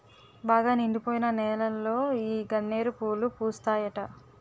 బాగా నిండిపోయిన నేలలో ఈ గన్నేరు పూలు పూస్తాయట